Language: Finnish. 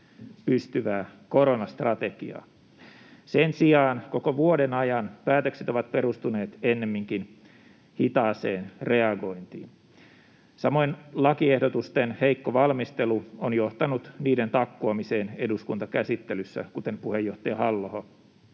pystyvää koronastrate- giaa. Sen sijaan koko vuoden ajan päätökset ovat perustuneet ennemminkin hitaaseen reagointiin. Samoin lakiehdotusten heikko valmistelu on johtanut niiden takkuamiseen eduskuntakäsittelyssä, kuten puheenjohtaja Halla-aho